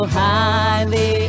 highly